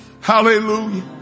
Hallelujah